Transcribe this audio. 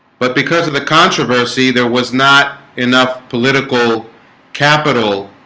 but because of the controversy there was not enough political capital